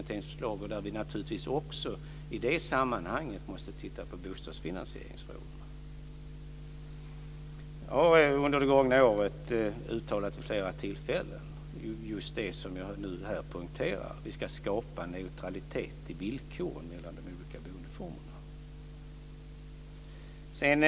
I det sammanhanget måste vi naturligtvis även titta närmare på bostadsfinansieringsfrågorna. Under det gångna året har jag vid flera tillfällen uttalat just det som jag här poängterar, nämligen att vi i villkoren ska skapa neutralitet mellan de olika boendeformerna.